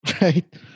right